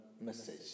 message